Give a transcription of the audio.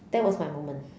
that was my moment